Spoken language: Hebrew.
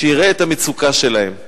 שיראה את המצוקה שלהם,